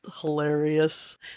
hilarious